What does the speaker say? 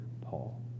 Paul